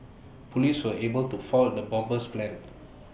Police were able to foil the bomber's plans